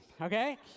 okay